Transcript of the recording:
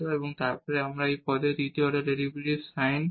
এবং তারপর আমরা এই পদে তৃতীয় অর্ডার ডেরিভেটিভস sin লিখব